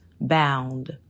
bound